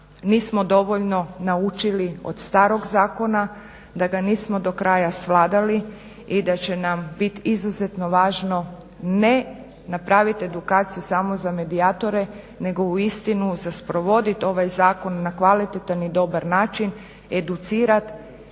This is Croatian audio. nismo dovoljno naučili od starog zakona, da ga nismo do kraja svladali i da će nam bit izuzetno važno ne napravit edukaciju samo za medijatore nego uistinu za sprovodit ovaj zakon na kvalitetan i dobar način, educirat